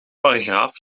paragraaf